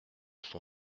son